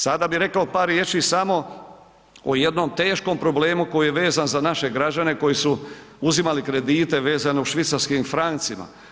Sada bih rekao par riječi samo o jednom teškom problemu koji je vezan za naše građane koji su uzimali kredite vezane uz švicarskim francima.